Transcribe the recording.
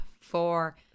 Four